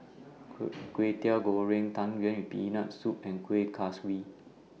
Kwetiau Goreng Tang Yuen with Peanut Soup and Kuih Kaswi